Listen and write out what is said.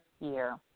year